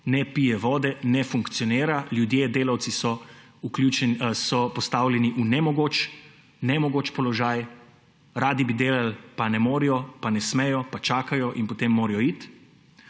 ne pije vode, ne funkcionira, ljudje delavci so postavljeni v nemogoč položaj, radi bi delali, pa ne morejo, pa ne smejo, pa čakajo in potem morajo iti.